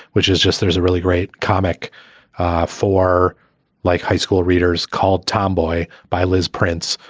which is just there's a really great comic for like high school readers called tomboy by liz prince,